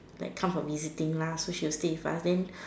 like come for visiting lah so she will stay with us then